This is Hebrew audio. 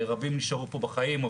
רבים נשארו פה בחיים,